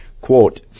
quote